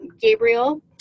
Gabriel